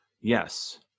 Yes